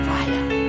Fire